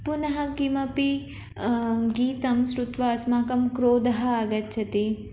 पुनः किमपि गीतं श्रुत्वा अस्मासु क्रोधः आगच्छति